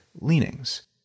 leanings